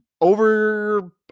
Over